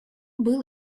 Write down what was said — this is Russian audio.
был